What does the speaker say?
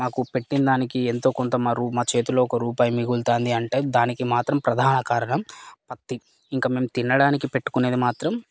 మాకు పెట్టిన దానికి ఎంతో కొంత మరు మా చేతిలో ఒక రూపాయి మిగులుతుంది అంటే దానికి మాత్రం ప్రధాన కారణం పత్తి ఇంక మెం తినడానికి పెట్టుకునేది మాత్రం